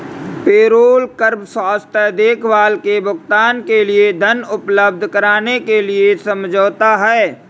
payroll कर स्वास्थ्य देखभाल के भुगतान के लिए धन उपलब्ध कराने के लिए समझौता है